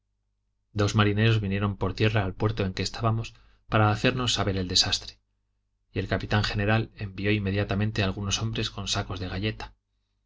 dos marineros vinieron por tierra al puerto en que estábamos para hacernos saber el desastre y el capitán general envió inmediatamente algunos hombres con sacos de galleta